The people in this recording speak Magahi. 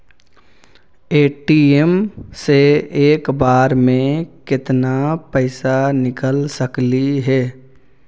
ए.टी.एम से एक बार मे केत्ना पैसा निकल सकली हे?